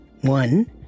One